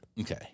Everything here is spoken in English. Okay